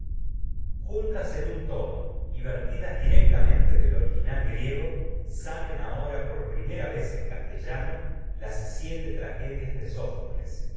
juntas en un tomo y vertidas directamente del original griego salen castellano las éste ahora por primera vez en de sófocles